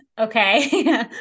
okay